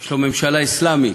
יש לו ממשלה אסלאמית,